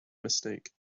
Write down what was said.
mistake